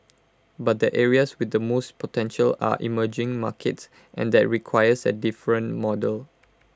but the areas with the most potential are emerging markets and that requires A different model